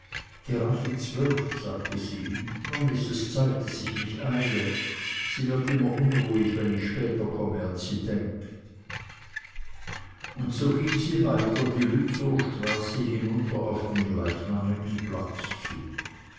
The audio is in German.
gerade zwölf sagte sie nun ist es zeit daß ich mich eile sie wird immer unruhig wenn ich später komme als sie denkt und so ging sie weiter die lützowstraße hinunter auf den gleichnamigen platz zu